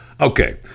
Okay